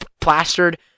Plastered